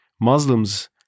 Muslims